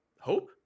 hope